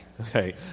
Okay